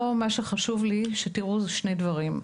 מה שחשוב לי שתראו פה זה שני דברים.